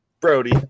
Brody